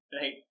right